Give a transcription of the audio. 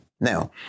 Now